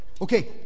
Okay